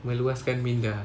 meluaskan minda